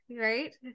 right